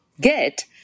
get